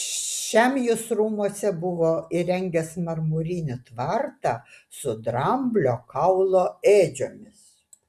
šiam jis rūmuose buvo įrengęs marmurinį tvartą su dramblio kaulo ėdžiomis